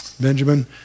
Benjamin